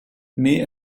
mais